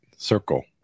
Circle